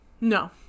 no